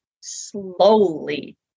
slowly